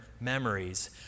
memories